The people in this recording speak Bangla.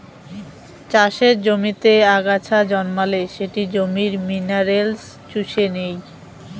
চাষের জমিতে আগাছা জন্মালে সেটি জমির মিনারেলস চুষে নেই